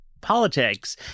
politics